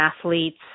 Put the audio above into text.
athletes